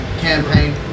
campaign